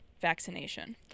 vaccination